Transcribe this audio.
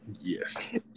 Yes